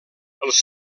els